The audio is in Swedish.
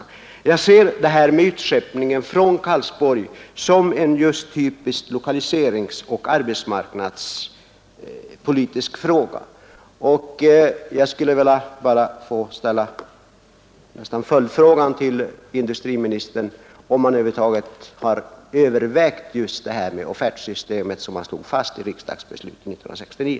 Jag ser detta med utskeppningen från Karlsborg som en typisk lokaliseringsoch arbetsmarknadspolitisk fråga, och jag vill ställa följdfrågan till industriministern: Har industriministern över huvud taget övervägt detta med offertsystemet som slogs fast i riksdagsbeslutet 1969?